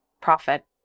profit